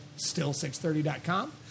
still630.com